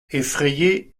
effrayés